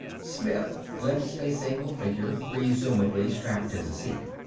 smith glimpsed a single figure, presumably strapped in the seat.